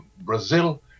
Brazil